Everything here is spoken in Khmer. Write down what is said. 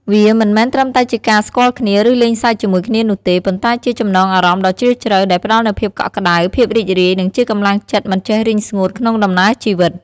វាមិនមែនត្រឹមតែជាការស្គាល់គ្នា ឬលេងសើចជាមួយគ្នានោះទេ ប៉ុន្តែជា ចំណងអារម្មណ៍ដ៏ជ្រាលជ្រៅ ដែលផ្តល់នូវភាពកក់ក្តៅ ភាពរីករាយ និងជាកម្លាំងចិត្តមិនចេះរីងស្ងួតក្នុងដំណើរជីវិត។